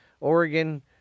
Oregon